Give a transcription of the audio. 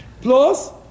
Plus